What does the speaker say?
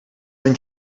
been